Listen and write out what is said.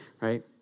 right